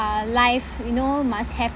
uh life you know must have